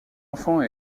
enfants